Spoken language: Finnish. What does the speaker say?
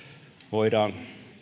voidaan